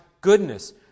goodness